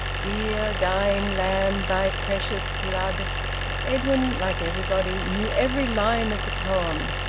dear dying lamb, thy precious blood edwin, like everybody, knew every line of the poem.